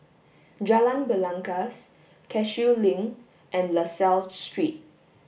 Jalan Belangkas Cashew Link and La Salle Street